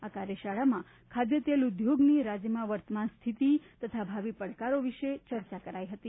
આ કાર્યશાળામાં ખાદ્ય તેલ ઉદ્યોગની રાજ્યમાં વર્તમાન સ્થિતિ તથા ભાવિ પડકારો વિશે ચર્ચા કરાઈ હતી